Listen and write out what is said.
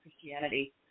Christianity